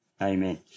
Amen